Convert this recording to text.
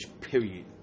period